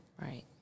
right